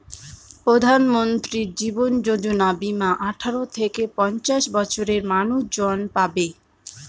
প্রধানমন্ত্রী জীবন যোজনা বীমা আঠারো থেকে পঞ্চাশ বছরের মানুষজন পাবে